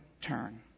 turn